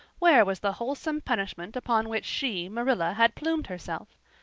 where was the wholesome punishment upon which she, marilla, had plumed herself?